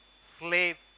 slave